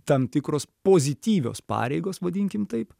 tam tikros pozityvios pareigos vadinkim taip